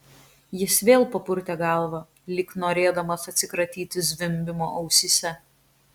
jis vėl papurtė galvą lyg norėdamas atsikratyti zvimbimo ausyse